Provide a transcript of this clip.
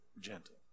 gentle